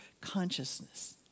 consciousness